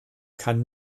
kann